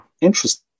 interesting